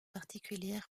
particulière